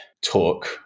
talk